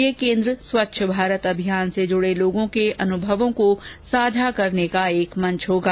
यह केन्द्र स्वच्छ भारत अभियान से जुड़े लोगों के अनुभवों को साझा करने का एक मंच होगा